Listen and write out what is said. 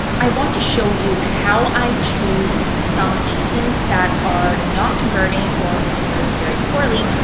i want to show you how i choose some asins that are not converting or converting very poorly,